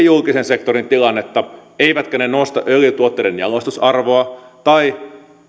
julkisen sektorin tilannetta eivätkä ne nosta öljytuotteiden jalostusarvoa tai